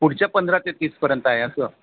पुढच्या पंधरा ते तीसपर्यंत आहे असं